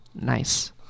Nice